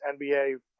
NBA